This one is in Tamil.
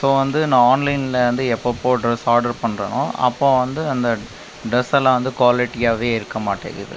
ஸோ வந்து நான் ஆன்லைனில் வந்து எப்பப்போ ட்ரெஸ் ஆர்டர் பண்றேனோ அப்போது வந்து அந்த ட்ரெஸ் எல்லாம் வந்து குவாலிட்டியாகவே இருக்க மாட்டேங்கிது